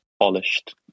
polished